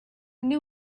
new